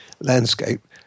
landscape